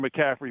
McCaffrey